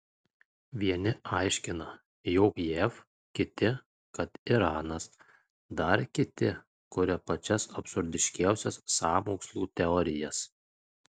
vieni aiškina jog jav kiti kad iranas dar kiti kuria pačias absurdiškiausias sąmokslų teorijas